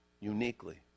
uniquely